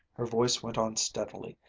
her voice went on steadily,